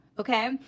Okay